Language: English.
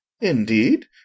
indeed